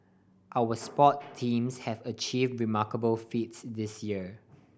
our sport teams have achieve remarkable feats this year